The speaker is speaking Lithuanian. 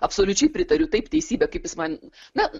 absoliučiai pritariu taip teisybė kaip jis man na